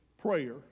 prayer